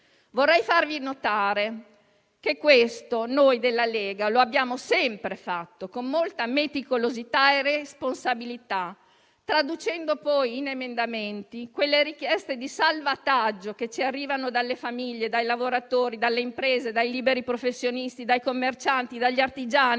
Vorrei farvi notare che questo noi della Lega lo abbiamo sempre fatto con molta meticolosità e responsabilità, traducendo poi in emendamenti quelle richieste di salvataggio che ci arrivano dalle famiglie, dai lavoratori, dalle imprese, dai liberi professionisti, dai commercianti, dagli artigiani,